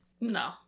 No